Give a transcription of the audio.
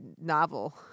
novel